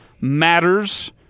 matters